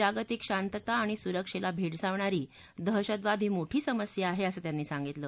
जागतिक शांतता आणि सुरक्षस्ती भक्सावणारी दहशतवाद ही मोठी समस्या आहा असं त्यांनी सांगितलं